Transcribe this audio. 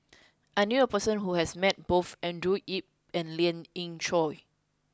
I knew a person who has met both Andrew Yip and Lien Ying Chow